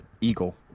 eagle